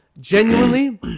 Genuinely